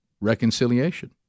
Reconciliation